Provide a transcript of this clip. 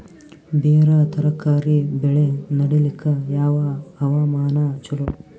ಬೇರ ತರಕಾರಿ ಬೆಳೆ ನಡಿಲಿಕ ಯಾವ ಹವಾಮಾನ ಚಲೋ?